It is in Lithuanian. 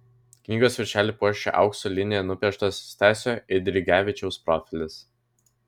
knygos viršelį puošia aukso linija nupieštas stasio eidrigevičiaus profilis